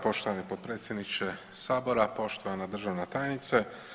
Poštovani potpredsjedniče Sabora, poštovana državna tajnice.